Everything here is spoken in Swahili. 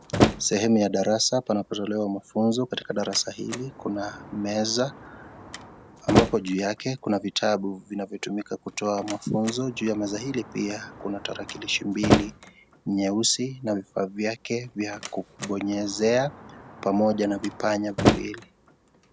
Sehemu ya darasa panapo tolewa mafunzo katika darasa hili kuna meza, ambapo juu yake kuna vitabu vinavyotumika kutoa mafunzo juu ya meza hili pia kuna tarakilishi mbili nyeusi na vifaa vyake vya kubonyezea pamoja na vipanya viwili.